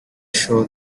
show